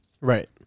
Right